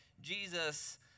Jesus